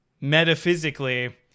metaphysically